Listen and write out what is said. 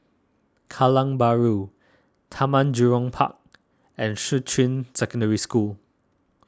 Kallang Bahru Taman Jurong Park and Shuqun Secondary School